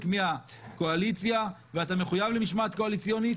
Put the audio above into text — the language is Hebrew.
מהקואליציה ואתה מחויב למשמעת קואליציונית,